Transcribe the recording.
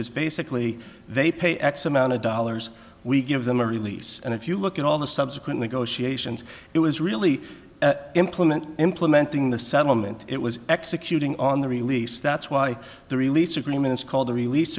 is basically they pay x amount of dollars we give them a release and if you look at all the subsequent negotiations it was really implement implementing the settlement it was executing on the release that's why the release agreements called the release